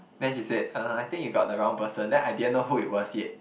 then she said (uh)I think you got the wrong person then I didn't know who it was yet